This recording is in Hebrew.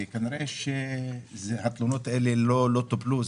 וכנראה שהתלונות הללו לא טופלו.